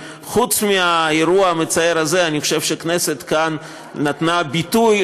אירוע חילוני שהייתה לו משמעות תרבותית,